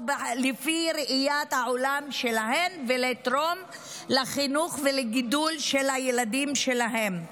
לפי ראיית העולם שלהן ולתרום לחינוך ולגידול של הילדים שלהן.